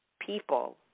people